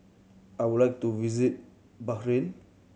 I would like to visit Bahrain